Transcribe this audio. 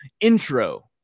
Intro